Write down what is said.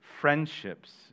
friendships